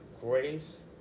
grace